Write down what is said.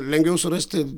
lengviau surasti